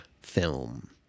film